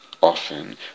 Often